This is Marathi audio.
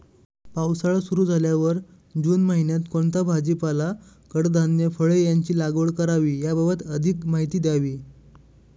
पावसाळा सुरु झाल्यावर जून महिन्यात कोणता भाजीपाला, कडधान्य, फळे यांची लागवड करावी याबाबत अधिक माहिती द्यावी?